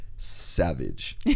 savage